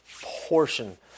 portion